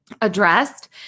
addressed